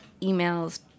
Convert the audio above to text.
emails